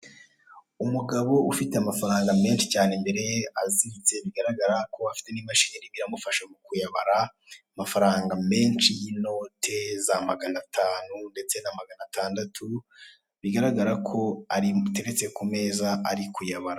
Umugabo ufite amafaranga menshi cyane imbere ye aziritse, bigaragara ko afite n'imashini irimo iramufasha kuyabara. Amafaranga menshi y'inote za magana atanu ndetse na magana atandatu bigaragara ko ateretse ku meza ari kuyabara.